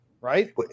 Right